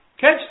catch